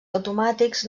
automàtics